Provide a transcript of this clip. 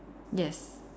yes